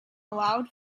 allowed